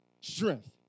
strength